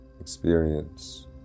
experience